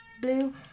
blue